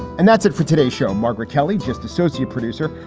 and that's it for today show, margaret kelly, just associate producer,